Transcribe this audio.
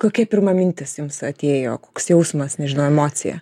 kokia pirma mintis jums atėjo koks jausmas nežinau emocija